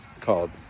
called